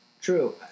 True